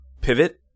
pivot